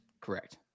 Correct